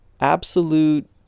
absolute